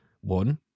One